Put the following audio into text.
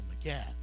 again